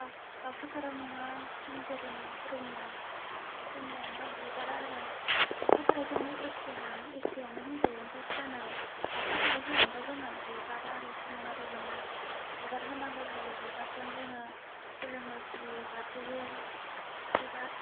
बाव दावसा फारौ नङा जोंनि धोरोमा ब्रह्म ब्रह्म आमफाय बिबार आरो दावसा फारौजोंनो एखेहां एखेयानो होनजायो ओमफाय हानाय दावसा फारौ हानाय आमफाय जोंना बिबार आरो समायना रमायना बिबार होनांगौ जायो बिबारजों जोङो खुलुमो सिबियो गाबज्रियो बिबार